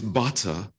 butter